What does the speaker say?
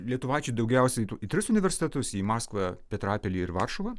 lietuvaičiai daugiausiai į tris universitetus į maskvą petrapilį ir varšuvą